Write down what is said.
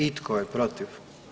I tko je protiv?